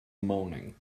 moaning